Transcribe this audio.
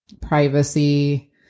privacy